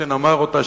שאיינשטיין אמר אותה,